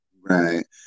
right